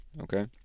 Okay